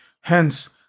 Hence